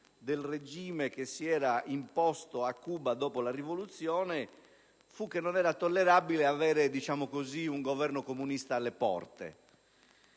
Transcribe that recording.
del regime che si era imposto a Cuba dopo la rivoluzione fu che non era tollerabile avere un Governo comunista alle porte.